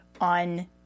on